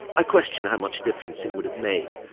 i question how much difference it would have made.